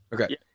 Okay